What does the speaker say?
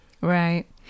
Right